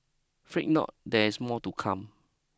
fretnot there is more to come